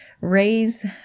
raise